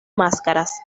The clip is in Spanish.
máscaras